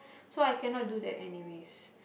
so I cannot do that anyways